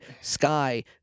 Sky